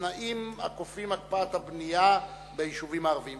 בנושא: תנאים הכופים את הקפאת הבנייה ביישובים הערביים.